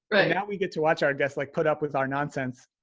right. now we get to watch our guests like put up with our nonsense.